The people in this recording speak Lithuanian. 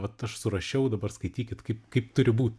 vat aš surašiau dabar skaitykit kaip kaip turi būt